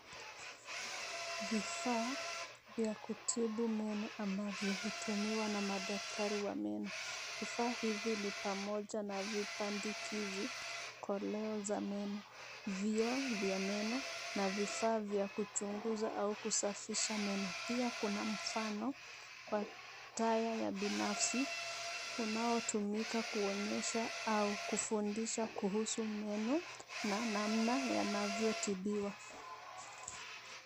Vifaa vya kutibu meno ambavyo hutumiwa na madaktari wa meno. Vifaa hivi ni pamoja na vipandikizi, koleo za meno, vioo vya meno, na vifaa vya kuchunguza au kusafisha meno. Pia kuna mfano wa taya ya binafsi, unaotumika kuonyesha au kufundisha kuhusu meno na namna yanavyotibiwa.